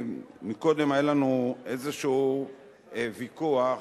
קודם היה לנו איזשהו ויכוח,